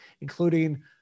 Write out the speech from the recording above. including